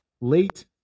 Late